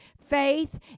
Faith